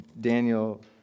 Daniel